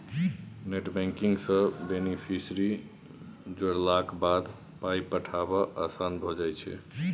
net banking सँ beneficiary जोड़लाक बाद पाय पठायब आसान भऽ जाइत छै